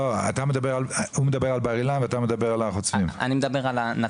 לא, הוא מדבר על בר-אילן ואתה מדבר על הר חוצבים.